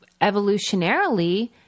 evolutionarily